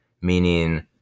meaning